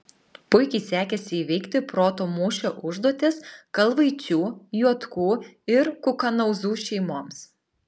puikiai sekėsi įveikti proto mūšio užduotis kalvaičių juotkų ir kukanauzų šeimoms